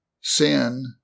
sin